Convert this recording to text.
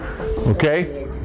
Okay